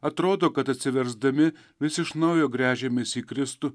atrodo kad atsiversdami vis iš naujo gręžiamės į kristų